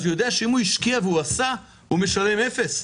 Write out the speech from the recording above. אז הוא יודע שאם הוא השקיע ועשה הוא משלם אפס,